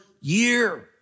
year